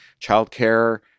childcare